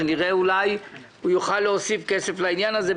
אולי הוא יוכל להוסיף כסף לעניין הזה.